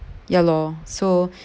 ya lor so